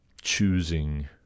choosing